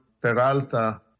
Peralta